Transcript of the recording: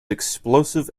explosive